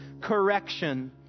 correction